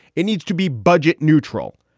it needs to be budget neutral.